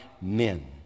men